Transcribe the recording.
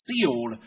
sealed